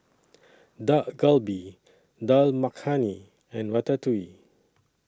Dak Galbi Dal Makhani and Ratatouille